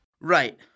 Right